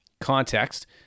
context